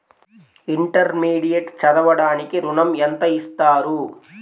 Intermediate చదవడానికి ఋణం ఎంత ఇస్తారు?